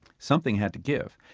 something had to give.